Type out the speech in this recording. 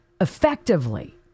effectively